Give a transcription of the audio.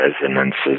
resonances